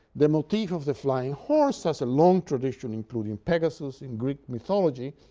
the motif of the flying horse has a long tradition, including pegasus in greek mythology,